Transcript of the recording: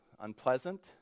unpleasant